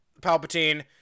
Palpatine